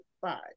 five